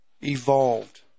evolved